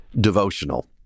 devotional